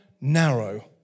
narrow